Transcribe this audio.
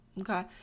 okay